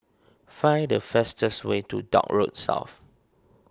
find the fastest way to Dock Road South